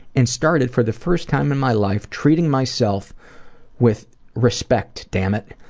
and started for the first time in my life treating myself with respect, dammit.